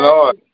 Lord